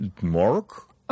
Mark